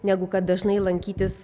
negu kad dažnai lankytis